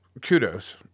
kudos